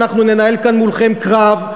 ואנחנו ננהל כאן מולכם קרב.